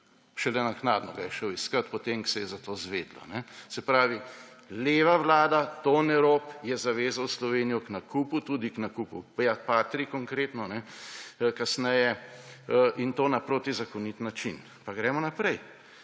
Šele naknadno ga je šel iskat, potem ko se je za to izvedelo. Se pravi, leva vlada, Tone Rop, je zavezal Slovenijo k nakupu, tudi k nakupu patrij konkretno, kasneje, in to na proti zakonit način. Pa gremo naprej.